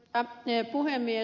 arvoisa puhemies